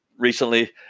Recently